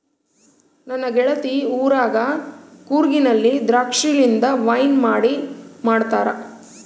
ನನ್ನ ಗೆಳತಿ ಊರಗ ಕೂರ್ಗಿನಲ್ಲಿ ದ್ರಾಕ್ಷಿಲಿಂದ ವೈನ್ ಮಾಡಿ ಮಾಡ್ತಾರ